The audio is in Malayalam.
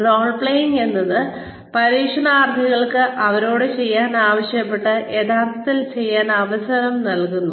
റോൾ പ്ലേയിംഗ് എന്നാൽ പരിശീലനാർത്ഥികൾക്ക് അവരോട് ചെയ്യാൻ ആവശ്യപ്പെട്ടത് യഥാർത്ഥത്തിൽ ചെയ്യാൻ അവസരം നൽകുന്നു